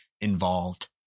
involved